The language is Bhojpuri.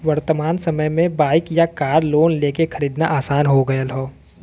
वर्तमान समय में बाइक या कार लोन लेके खरीदना आसान हो गयल हौ